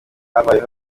habayeho